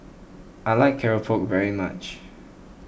I like Keropok very much